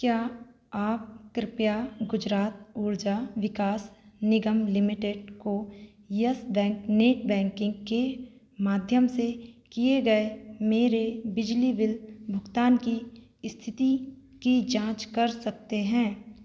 क्या आप कृपया गुजरात ऊर्जा विकास निगम लिमिटेड को यस बैंक नेट बैंकिन्ग के माध्यम से किए गए मेरे बिजली बिल भुगतान की इस्थिति की जाँच कर सकते हैं